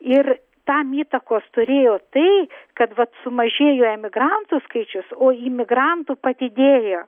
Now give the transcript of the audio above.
ir tam įtakos turėjo tai kad vat sumažėjo emigrantų skaičius o imigrantų padidėjo